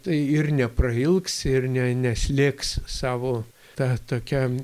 tai ir neprailgs ir ne neslėgs savo ta tokia